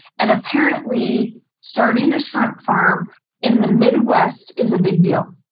and apparently starting a shrimp farm in the midwest is a big deal.